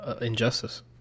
Injustice